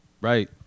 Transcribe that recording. Right